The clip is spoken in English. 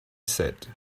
said